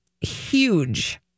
huge